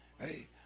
Hey